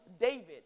David